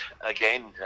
again